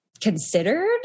considered